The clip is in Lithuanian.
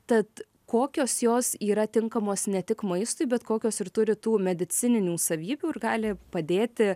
tad kokios jos yra tinkamos ne tik maistui bet kokios ir turi tų medicininių savybių ir gali padėti